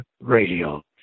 radio